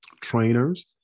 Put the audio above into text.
trainers